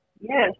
Yes